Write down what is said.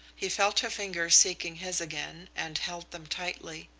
he felt her fingers seeking his again and held them tightly.